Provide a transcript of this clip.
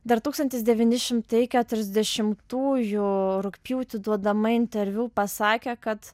dar tūkstantis devyni šimtai keturiasdešimtųjų rugpjūtį duodama interviu pasakė kad